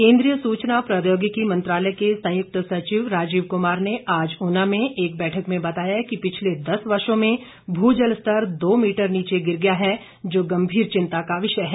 केंद्रीय सूचना प्रौद्योगिकी मंत्रालय के संयुक्त सचिव राजीव कुमार ने आज ऊना में एक बैठक में बताया कि पिछले दस वर्षो में भूजल स्तर दो मीटर नीचे गिर गया है जो गंभीर चिंता का विषय है